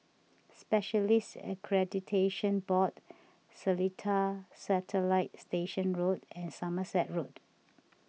Specialists Accreditation Board Seletar Satellite Station Road and Somerset Road